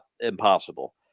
impossible